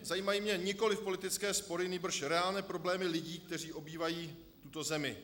Zajímají mě nikoliv politické spory, nýbrž reálné problémy lidí, kteří obývají tuto zemi.